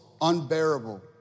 unbearable